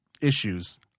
issues